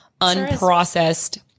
unprocessed